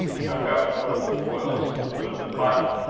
took up one of the foils, removed the button,